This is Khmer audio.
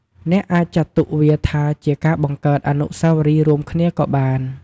អ្នកអាចចាត់ទុកវាថា ជាការបង្កើតអនុស្សាវរីយ៍រួមគ្នាក៏បាន។